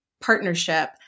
partnership